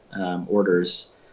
orders